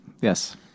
Yes